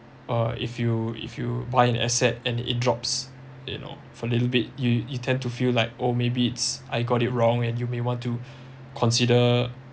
uh if you if you buy an asset and it drops you know for little bit you you tend to feel like oh maybe it's I got it wrong and you may want to consider